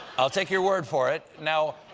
i'll take your word for it. now,